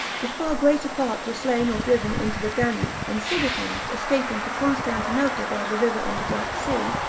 the far greater part were slain or driven into the danube and sigismond, escaping to constantinople by the river and the black sea,